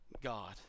God